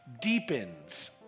Deepens